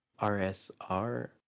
RSR